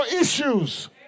issues